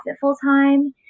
full-time